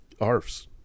ARFs